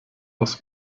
aus